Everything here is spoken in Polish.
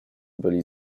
byli